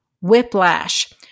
Whiplash